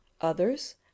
others